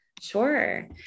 Sure